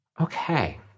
Okay